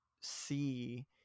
see